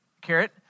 carrot